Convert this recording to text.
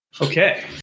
Okay